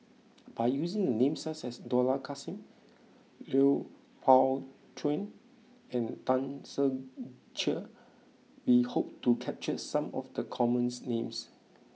by using the names such as Dollah Kassim Lui Pao Chuen and Tan Ser Cher we hope to capture some of the common names